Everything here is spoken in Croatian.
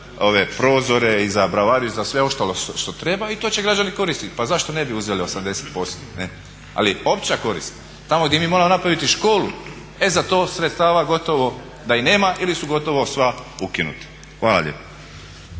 ove prozore i za bravariju i za sve ostalo što treba i to će građani korist, pa zašto ne bi uzeli 80%. Ali opća korist tamo gdje mi moramo napraviti školu e za to sredstava gotovo da i nema ili su gotovo sva ukinuta. Hvala lijepa.